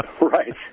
Right